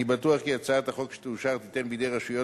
אני בטוח כי הצעת החוק שתאושר תיתן בידי רשויות